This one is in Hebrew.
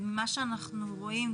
ממה שאנחנו רואים,